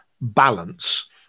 balance